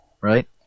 Right